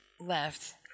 Left